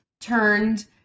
turned